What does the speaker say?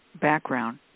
background